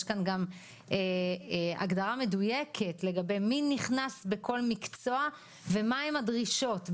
יש כאן גם הגדרה מדויקת לגבי מי נכנס בכל מקצוע ומה הן הדרישות.